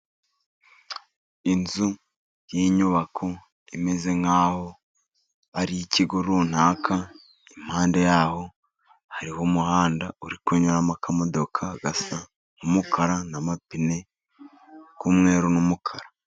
Inzu y'inyubako imeze nk'aho ari ikigo runaka. Impande yaho hariho umuhanda uri kunyuramo akamodoka gasa n'umukara, n'amapine y'umweru, n'umukara.